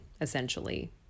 essentially